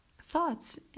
thoughts